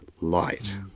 light